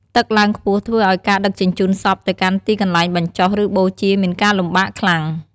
ទឹកឡើងខ្ពស់ធ្វើឲ្យការដឹកជញ្ជូនសពទៅកាន់ទីកន្លែងបញ្ចុះ ឬបូជាមានការលំបាកខ្លាំង។